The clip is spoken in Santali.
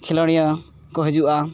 ᱠᱷᱮᱞᱳᱰᱤᱭᱟᱹ ᱠᱚ ᱦᱤᱡᱩᱜᱼᱟ